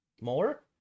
more